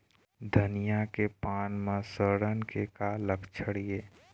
धनिया के पान म सड़न के का लक्षण ये?